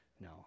No